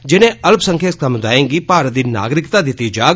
जिनें अल्पसंख्यक सामुदाएं गी भारत दी नागरिकता दित्ती जाग